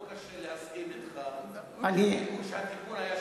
לא קשה להסכים אתך שהתיקון היה שרירותי.